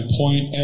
point